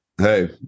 hey